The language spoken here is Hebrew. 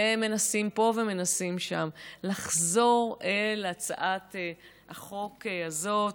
והם מנסים פה ומנסים שם, לחזור להצעה החוק הזאת,